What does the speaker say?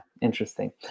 Interesting